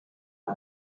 one